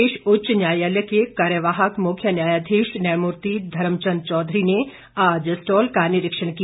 प्रदेश उच्च न्यायालय के कार्यवाहक मुख्य न्यायाधीश न्यायमूर्ति धर्मचन्द चौधरी ने आज स्टॉल का निरीक्षण किया